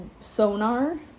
sonar